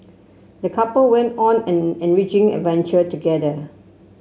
the couple went on an enriching adventure together